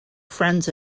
friends